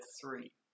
three